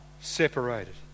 separated